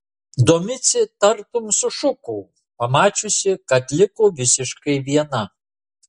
domicė tartum sušuko pamačiusi kad liko visiškai viena